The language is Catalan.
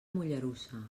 mollerussa